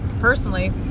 personally